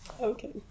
Okay